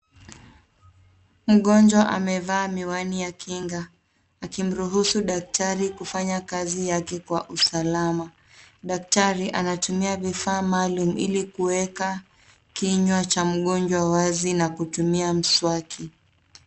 Mgonjwa amevaa miwani ya kinga, akimruhusu daktari kufanya kazi yake kwa usalama. Daktari anatumia vifaa maalum ili kuweka kinywa cha mgonjwa wazi na kutumia mswaki.